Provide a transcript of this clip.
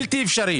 בלתי אפשרי.